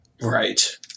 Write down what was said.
right